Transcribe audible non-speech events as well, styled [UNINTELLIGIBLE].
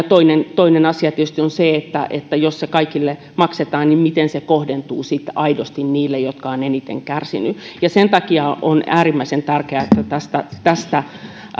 [UNINTELLIGIBLE] toinen toinen asia tietysti on se että jos se kaikille maksetaan niin miten se kohdentuu sitten aidosti niille jotka ovat eniten kärsineet sen takia on äärimmäisen tärkeää että tästä tästä